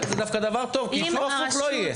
זה דווקא דבר טוב כי אם זה יהיה הפוך, זה לא יהיה.